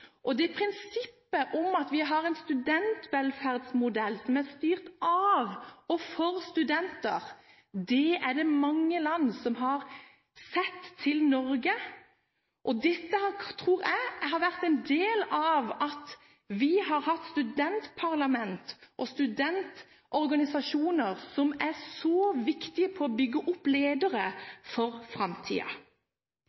det gjelder prinsippet om at vi har en studentvelferdsmodell som er styrt av og for studenter. En del av bakgrunnen for dette tror jeg er at vi har hatt studentparlament og studentorganisasjoner som er så viktige for å bygge opp ledere